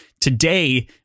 Today